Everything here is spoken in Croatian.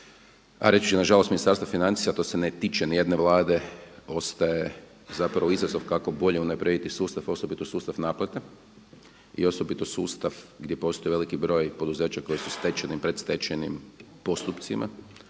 a reći ću na žalost Ministarstva financija to se ne tiče ni jedne Vlade ostaje zapravo izazov kako bolje unaprijediti sustav, osobito sustav naplate i osobito sustav gdje postoji veliki broj poduzeća koja su stečajnim i predstečajnim postupcima